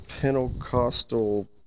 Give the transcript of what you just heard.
Pentecostal